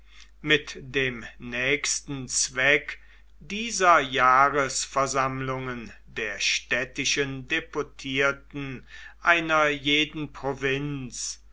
mit dem nächsten zweck dieser jahresversammlungen der städtischen deputierten einer jeden provinz